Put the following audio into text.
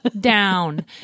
down